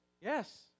yes